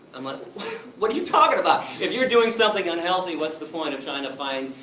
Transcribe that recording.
i'm like what! what are you talking about? if you are doing something unhealthy, what's the point of trying to find.